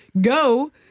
go